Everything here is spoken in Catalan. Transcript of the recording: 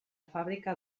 fàbrica